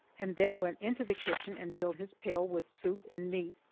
and then went into the kitchen and filled his pail with soup and meat,